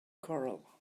corral